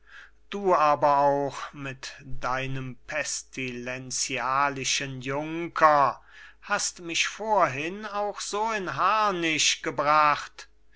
du aber auch mit deinem pestilenzialischen junker hast mich vorhin auch so in harnisch gebracht bist